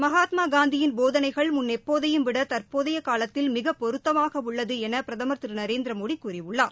மகாத்மா காந்தியின் போதனைகள் முன்னெப்போதையும் விட தற்போதைய காலத்தில் மிகப் பொருத்தமாக உள்ளது என பிரதமர் திரு நரேந்திர மோட கூறியுள்ளார்